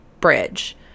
bridge